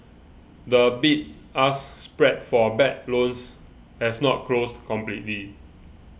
the bid ask spread for bad loans has not closed completely